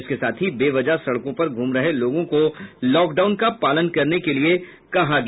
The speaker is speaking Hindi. इसके साथ ही बेवजह सड़कों पर घूम रहे लोगों को लॉक डाउन का पालन करने के लिए कहा गया